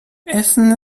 essen